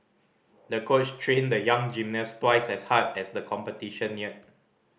the coach trained the young gymnast twice as hard as the competition neared